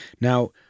Now